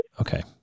Okay